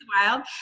wild